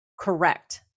correct